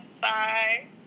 Bye